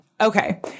Okay